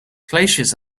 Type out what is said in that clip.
glaciers